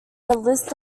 list